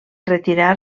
retirar